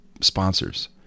sponsors